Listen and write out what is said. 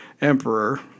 emperor